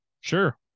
sure